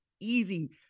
easy